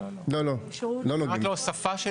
לא, רק להוספה.